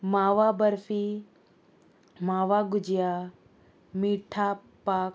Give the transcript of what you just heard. मावा बर्फी मावा गुजिया मिठा पाक